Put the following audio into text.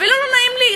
אפילו לא נעים לי.